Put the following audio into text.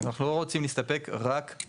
אנחנו לא רוצים להסתפק רק,